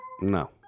No